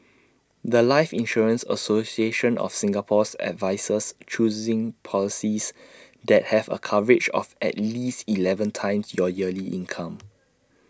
The Life insurance association of Singapore's advises choosing policies that have A coverage of at least Eleven times your yearly income